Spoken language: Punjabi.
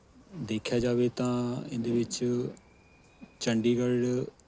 ਦੇਖਿਆ ਜਾਵੇ ਤਾਂ ਇਹਦੇ ਵਿੱਚ ਚੰਡੀਗੜ੍ਹ